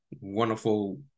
wonderful